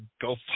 go